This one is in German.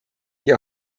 die